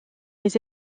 les